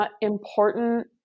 important